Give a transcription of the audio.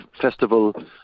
festival